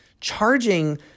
charging